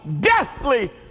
deathly